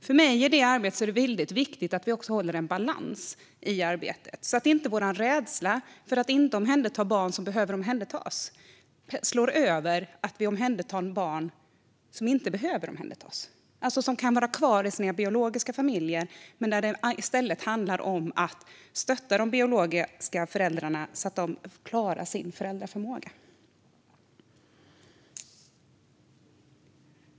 För mig är det väldigt viktigt att vi håller en balans i detta arbete så att vår rädsla för att inte omhänderta barn som behöver omhändertas inte slår över i att vi omhändertar barn som inte behöver omhändertas och som kan vara kvar i sina biologiska familjer. Där handlar det i stället om att stötta de biologiska föräldrarna så att de klarar sitt föräldraskap.